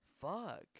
fuck